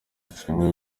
ashimwe